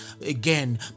again